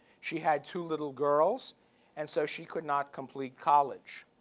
she had two little girls and so she could not complete college,